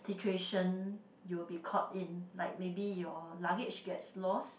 situation you will be caught in like maybe your luggage gets lost